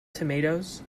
tomatoes